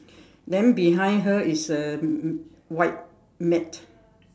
then behind her is a white mat